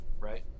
right